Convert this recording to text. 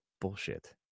Bullshit